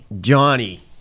Johnny